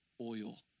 Oil